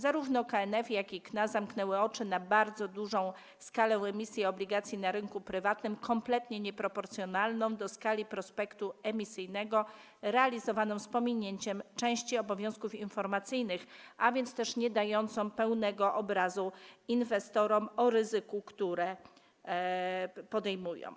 Zarówno KNF, jak i KNA zamknęły oczy na bardzo dużą skalę emisji obligacji na rynku prywatnym, kompletnie nieproporcjonalnej do skali prospektu emisyjnego, realizowanej z pominięciem części obowiązków informacyjnych, a więc też niedającej inwestorom pełnego obrazu ryzyka, które podejmują.